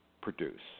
produce